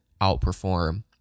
outperform